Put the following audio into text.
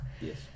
Yes